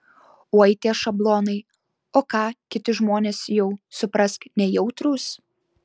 oi tie šablonai o ką kiti žmonės jau suprask nejautrūs